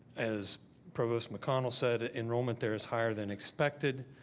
as provost mcconnell said, enrolment there is higher than expected.